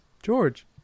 George